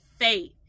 faith